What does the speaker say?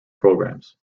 programs